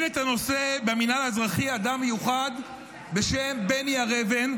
את הנושא במינהל האזרחי אדם מיוחד בשם בני הר אבן,